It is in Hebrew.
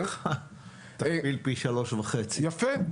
תכפיל פי 3.5. יפה.